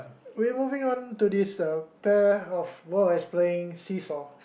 we moving on to this uh pair of boys playing seesaw